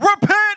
repent